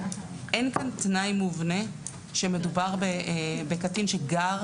אין כאן תנאי מובנה שמדובר בקטין שגר